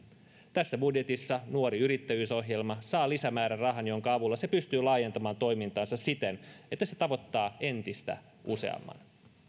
tässä budjetissa nuori yrittäjyys ohjelma saa lisämäärärahan jonka avulla se pystyy laajentamaan toimintaansa siten että se tavoittaa entistä useamman